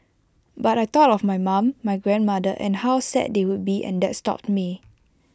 but I thought of my mum my grandmother and how sad they would be and that stopped me